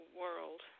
world